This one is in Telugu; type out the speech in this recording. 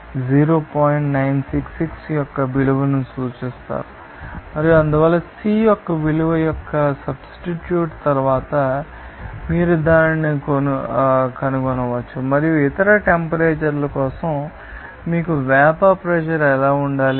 966 యొక్క విలువలను చూస్తారు మరియు అందువల్ల C యొక్క విలువ యొక్క సబ్స్టిట్యూట్ తర్వాత మీరు దానిని కనుగొనవచ్చు మరియు ఇతర టెంపరేచర్ల కోసం మీకు వేపర్ ప్రెషర్ ఎలా ఉండాలి